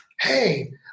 hey